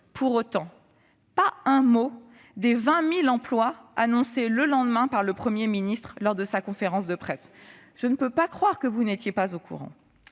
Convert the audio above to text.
vous n'avez pas dit un mot des 20 000 emplois annoncés le lendemain par le Premier ministre lors de sa conférence de presse. Je ne peux pas croire que vous n'étiez pas informée